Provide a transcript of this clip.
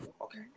okay